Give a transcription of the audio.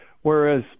whereas